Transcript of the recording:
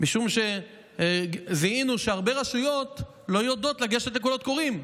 מאחר שזיהינו שהרבה רשויות לא יודעות לגשת לקולות קוראים,